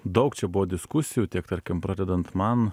daug čia buvo diskusijų tiek tarkim pradedant man